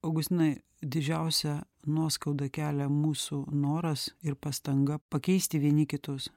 augustinai didžiausią nuoskaudą kelia mūsų noras ir pastanga pakeisti vieni kitus